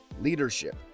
leadership